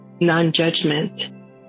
non-judgment